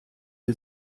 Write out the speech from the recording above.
sie